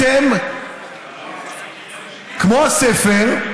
אתם כמו בספר,